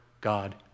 God